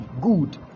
good